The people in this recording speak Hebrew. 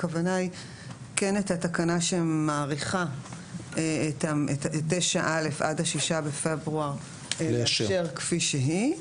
הכוונה היא כן את התקנה שמאריכה את 9א עד ה-6 בפברואר לאשר כפי שהיא,